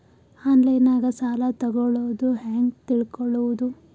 ಆನ್ಲೈನಾಗ ಸಾಲ ತಗೊಳ್ಳೋದು ಹ್ಯಾಂಗ್ ತಿಳಕೊಳ್ಳುವುದು?